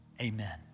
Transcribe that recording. amen